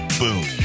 boom